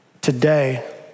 Today